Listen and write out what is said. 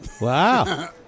wow